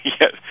Yes